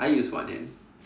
I use one hand